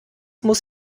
muss